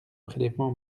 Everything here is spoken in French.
prélèvement